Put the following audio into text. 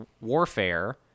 warfare